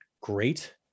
great